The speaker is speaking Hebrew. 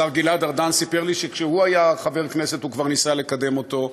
השר גלעד ארדן סיפר לי שכשהוא היה חבר כנסת הוא כבר ניסה לקדם אותו.